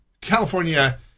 California